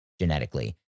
genetically